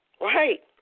Right